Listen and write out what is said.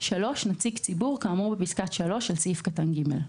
(3)נציג ציבור כאמור בפסקה (3) של סעיף קטן (ג).